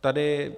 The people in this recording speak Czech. Tady